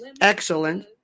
excellent